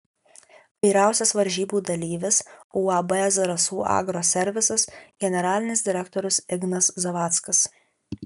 vyriausias varžybų dalyvis uab zarasų agroservisas generalinis direktorius ignas zavackas